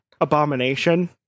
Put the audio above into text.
Abomination